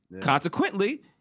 consequently